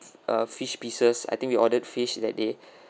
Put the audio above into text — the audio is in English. uh fish pieces I think we ordered fish that day